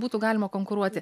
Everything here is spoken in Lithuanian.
būtų galima konkuruoti